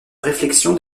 réflexion